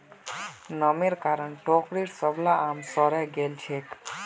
नमीर कारण टोकरीर सबला आम सड़े गेल छेक